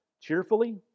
Cheerfully